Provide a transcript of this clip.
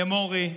למורי,